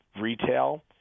retail